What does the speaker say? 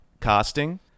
casting